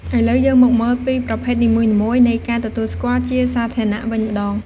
ឥឡូវយើងមកមើលពីប្រភេទនីមួយៗនៃការទទួលស្គាល់ជាសាធារណៈវិញម្ដង។